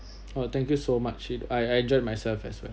oh thank you so much I I enjoyed myself as well